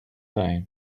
time